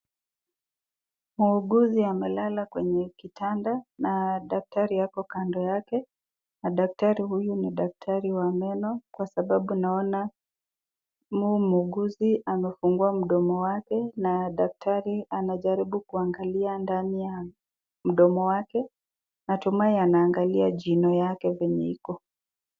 Muuguzi amelala kwenye kitanda na daktari ako kando yake. Na daktari huyu ni daktari wa meno kwa sababu naona huyu muuguzi amefungua mdomo wake na daktari anajaribu kuangalia ndani ya mdomo wake. Natumai anaangalia jino yake venye iko.